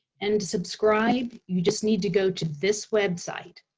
and to subscribe, you just need to go to this website,